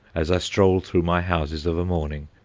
as i stroll through my houses of a morning,